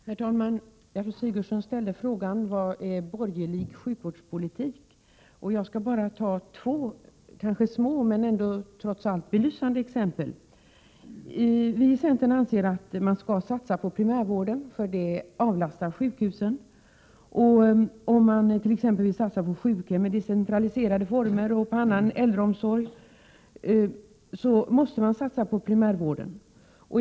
Herr talman! Gertrud Sigurdsen ställde frågan: Vad är borgerlig sjukvårdspolitik? Jag skall ta två, kanske små men ändå belysande exempel. Vi i centern anser att man skall satsa på primärvården, eftersom det avlastar sjukhusen. Om man t.ex. vill satsa på sjukhem i decentraliserade former och på annan äldreomsorg, måste denna satsning ske inom primärvården.